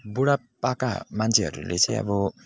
बुढापाका मान्छेहरूले चाहिँ अब